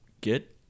get